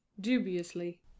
Dubiously